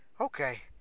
okay